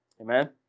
Amen